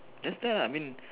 just tell lah I mean